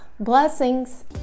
Blessings